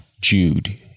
Jude